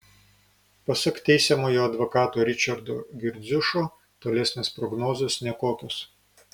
pasak teisiamojo advokato ričardo girdziušo tolesnės prognozės nekokios